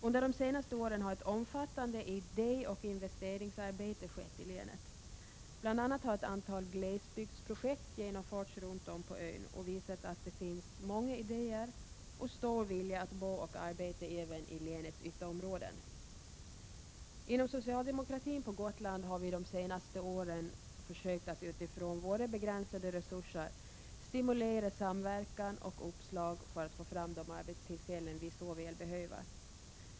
Under de senaste åren har ett omfattande idé och investeringsarbete utförts i länet. Bl. a. har ett antal glesbygdsprojekt genomförts runt om på ön. De har visat att det finns många idéer och stor vilja att bo och arbeta även i länets ytterområden. Inom socialdemokratin på Gotland har vi de senaste åren försökt att utifrån våra begränsade resurser stimulera samverkan och uppslag för att få fram de arbetstillfällen vi så väl behöver.